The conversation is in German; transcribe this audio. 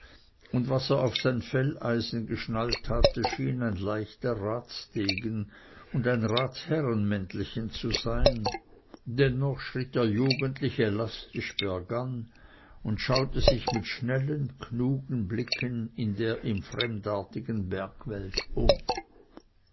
und was er auf sein felleisen geschnallt hatte schien ein leichter ratsdegen und ein ratsherrenmäntelchen zu sein dennoch schritt er jugendlich elastisch bergan und schaute sich mit schnellen klugen blicken in der ihm fremdartigen bergwelt um